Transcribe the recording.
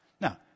Now